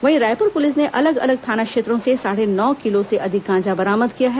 वहीं रायपुर पुलिस ने अलग अलग थाना क्षेत्रों से साढ़े नौ किलो से अधिक गांजा बरामद किया है